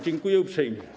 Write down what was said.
Dziękuję uprzejmie.